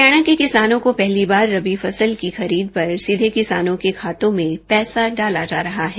हरियाणा के किसानों को पहली बार रबी फसल की खरीद पर सीधे किसानों के खातों में पैसा डाला जा रहा है